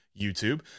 YouTube